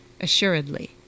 Assuredly